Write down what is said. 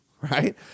right